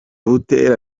butera